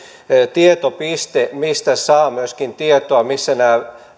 tietopiste mistä saa tietoa siitä missä nämä